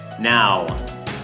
now